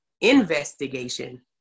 investigation